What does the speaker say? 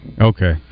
Okay